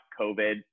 COVID